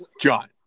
john